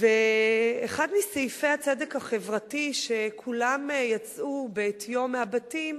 ואחד מסעיפי הצדק החברתי שכולם יצאו בעטיו מהבתים